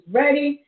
ready